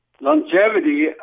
longevity